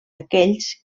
aquells